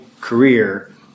career